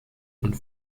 und